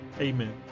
amen